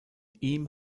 ihm